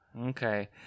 okay